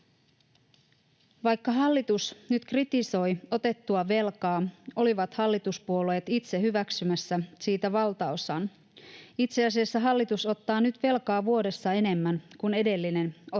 Vaikka hallitus nyt kritisoi otettua velkaa, olivat hallituspuolueet itse hyväksymässä siitä valtaosan. Itse asiassa hallitus ottaa nyt velkaa vuodessa enemmän kuin edellinen otti